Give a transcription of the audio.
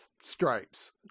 Stripes